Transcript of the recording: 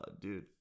dude